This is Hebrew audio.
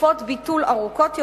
תקופות ביטול ארוכות יותר,